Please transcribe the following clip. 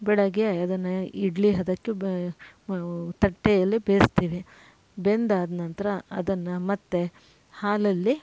ಬೆಳಗ್ಗೆ ಅದನ್ನು ಇಡ್ಲಿ ಹದಕ್ಕೆ ಬೇ ನಾವು ತಟ್ಟೆಯಲ್ಲಿ ಬೇಯಿಸ್ತೀವಿ ಬೆಂದು ಆದ ನಂತರ ಅದನ್ನು ಮತ್ತು ಹಾಲಲ್ಲಿ